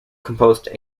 composed